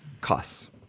costs